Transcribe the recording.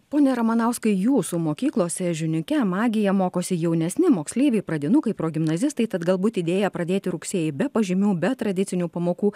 ponia ramanauskai jūsų mokyklose žiniuke magija mokosi jaunesni moksleiviai pradinukai progimnazistai tad galbūt idėja pradėti rugsėjį be pažymių be tradicinių pamokų